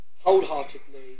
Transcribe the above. wholeheartedly